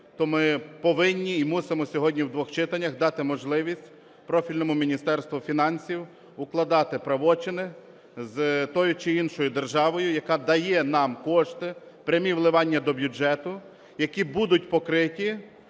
то ми повинні і мусимо сьогодні в двох читаннях дати можливість профільному Міністерству фінансів укладати правочини з тою чи іншою державою, яка дає нам кошти, прямі вливання до бюджету, які будуть покриті